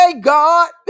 God